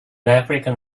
african